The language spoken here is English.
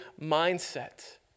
mindset